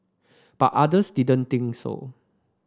but others didn't think so